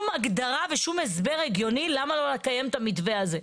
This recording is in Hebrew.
הגדרה ושום הסבר הגיוני למה לא לקיים את המתווה הזה.